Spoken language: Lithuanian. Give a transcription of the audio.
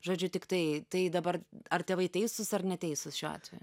žodžiu tiktai tai dabar ar tėvai teisūs ar neteisūs šiuo atveju